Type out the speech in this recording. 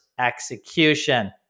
Execution